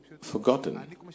forgotten